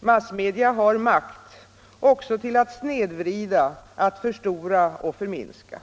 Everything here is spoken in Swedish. Massmedia har makt — också till att snedvrida, att förstora och förminska.